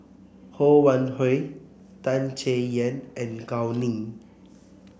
Ho Wan Hui Tan Chay Yan and Gao Ning